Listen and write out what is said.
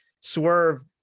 Swerve